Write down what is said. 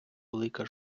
велика